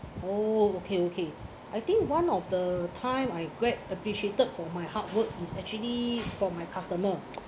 oh okay okay I think one of the time I get appreciated for my hard work is actually for my customer